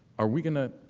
are weak in ah